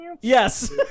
yes